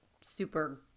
super